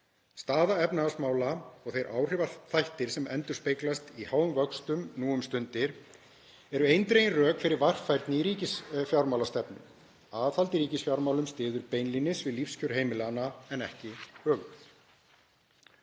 Staða efnahagsmála og þeir áhrifaþættir sem endurspeglast í háum vöxtum nú um stundir eru eindregin rök fyrir varfærni í ríkisfjármálastefnu. Aðhald í ríkisfjármálum styður beinlínis við lífskjör heimilanna en ekki öfugt.